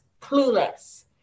clueless